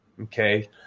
okay